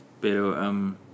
Pero